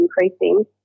increasing